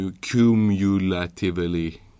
cumulatively